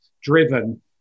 driven